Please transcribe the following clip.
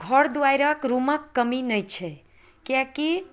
घर दुआरिक रूमके कमी नहि छै किएककि